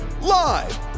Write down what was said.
Live